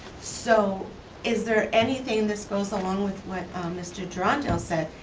so is there anything, this goes along with what mr. gerondale said,